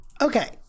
Okay